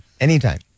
Anytime